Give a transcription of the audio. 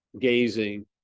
gazing